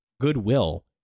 goodwill